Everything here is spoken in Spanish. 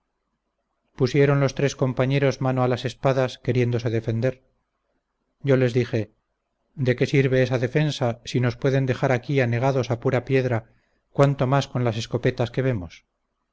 pusieron los tres compañeros mano a las espadas queriéndose defender yo les dije de qué sirve esa defensa si nos pueden dejar aquí anegados a pura piedra cuanto más con las escopetas que vemos